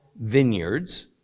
vineyards